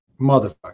motherfucker